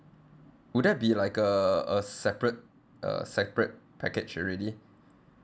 would that be like a a separate uh separate package already